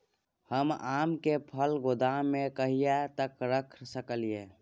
हम आम के फल गोदाम में कहिया तक रख सकलियै?